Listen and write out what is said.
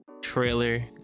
trailer